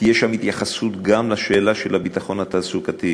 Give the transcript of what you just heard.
תהיה שם התייחסות גם לשאלת הביטחון התעסוקתי,